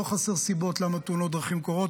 לא חסרות סיבות למה תאונות דרכים קורות,